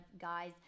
guys